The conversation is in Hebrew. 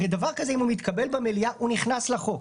הרי דבר כזה אם הוא מתקבל במליאה הוא נכנס לחוק,